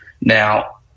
Now